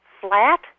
flat